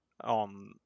on